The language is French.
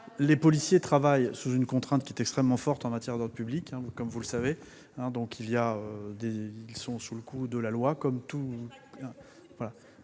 les policiers travaillent sous une contrainte qui est extrêmement forte en matière d'ordre public. Comme vous le savez, ils tombent sous le coup de la loi comme tout